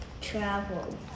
travel